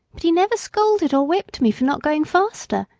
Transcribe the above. but he never scolded or whipped me for not going faster.